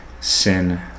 sin